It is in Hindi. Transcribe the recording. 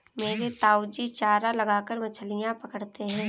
मेरे ताऊजी चारा लगाकर मछलियां पकड़ते हैं